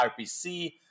RPC